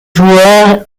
joueurs